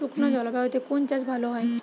শুষ্ক জলবায়ুতে কোন চাষ ভালো হয়?